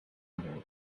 mode